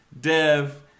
Dev